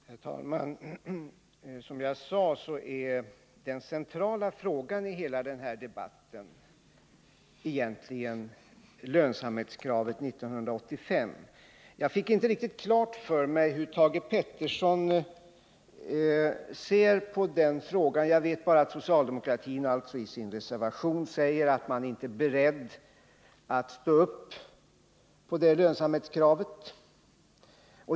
Herr talman! Som jag sade är egentligen den centrala frågan i hela denna debatt kravet på lönsamhet 1985. Jag fick inte riktigt klart för mig hur Thage Peterson ser på den frågan. Jag vet bara att socialdemokraterna i reservation 1 säger att man inte är beredd att ställa upp bakom det lönsamhetskravet.